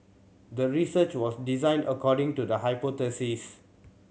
the research was designed according to the hypothesis